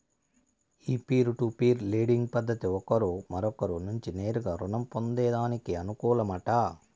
ఈ peer to peer lending పద్దతి ఒకరు మరొకరి నుంచి నేరుగా రుణం పొందేదానికి అనుకూలమట